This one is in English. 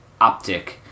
optic